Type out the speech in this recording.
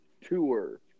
tour